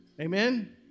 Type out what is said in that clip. Amen